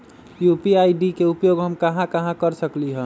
UPI ID के उपयोग हम कहां कहां कर सकली ह?